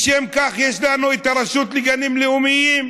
לשם כך יש לנו את רשות הגנים הלאומיים,